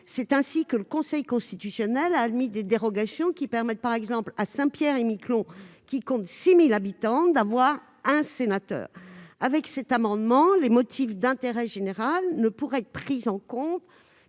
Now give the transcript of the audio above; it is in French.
C'est ainsi que le Conseil constitutionnel a admis des dérogations, qui permettent, par exemple, à la collectivité de Saint-Pierre-et-Miquelon et ses 6 000 habitants d'avoir un sénateur. Avec cet amendement, les motifs d'intérêt général pourraient être pris en compte